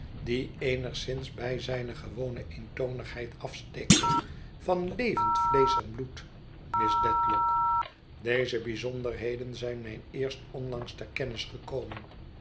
die eenigszins bij zijne gewone eentonigheid afsteekt van levend vleesch en bloed miss dedlock deze bijzonderheden zijn mij eerst onlangs ter kennis gekomen